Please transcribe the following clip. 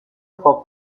پاپ